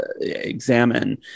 examine